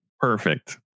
perfect